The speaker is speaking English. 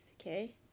okay